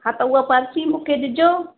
हा त उहा पर्ची मूंखे ॾिजो